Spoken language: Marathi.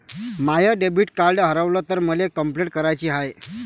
माय डेबिट कार्ड हारवल तर मले कंपलेंट कराची हाय